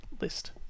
list